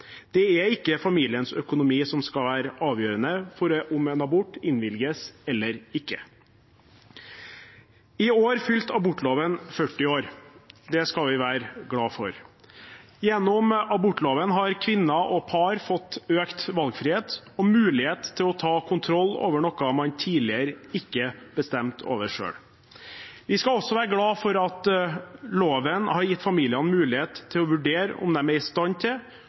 Det er ikke familiens økonomi som skal være avgjørende for om en abort innvilges eller ikke. I år fylte abortloven 40 år. Det skal vi være glade for. Gjennom abortloven har kvinner og par fått økt valgfrihet og mulighet til å ta kontroll over noe man tidligere ikke bestemte over selv. Vi skal også være glad for at loven har gitt familiene mulighet til å vurdere om de er i stand til